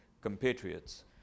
compatriots